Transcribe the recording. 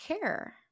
care